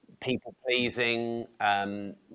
People-pleasing